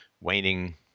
waning